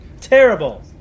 Terrible